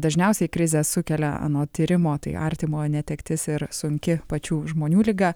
dažniausiai krizę sukelia anot tyrimo tai artimojo netektis ir sunki pačių žmonių liga